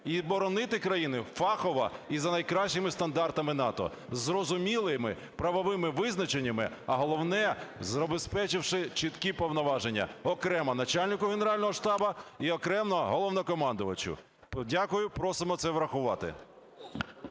і боронити країну фахово і за найкращими стандартами НАТО, із зрозумілими правовими визначеннями, а головне, забезпечивши чіткі повноваження окремо начальнику Генерального штабу і окремо Головнокомандувачу. Дякую. Просимо це врахувати.